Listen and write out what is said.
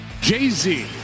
Jay-Z